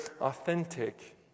authentic